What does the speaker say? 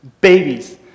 Babies